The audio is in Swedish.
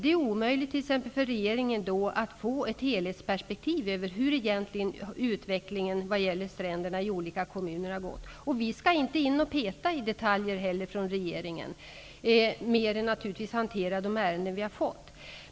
Det är egentligen omöjligt för regeringen att då få ett helhetsperspektiv över utvecklingen vad gäller stränderna i olika kommuner. Vi i regeringen skall inte in och peta i detaljer heller, mer än naturligtvis att hantera de ärenden vi har fått.